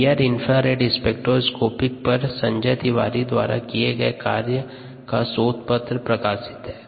near infrared spectroscopic पर संजय तिवारी द्वारा किये गये कार्य का शोध पत्र प्रकाशित है